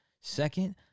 Second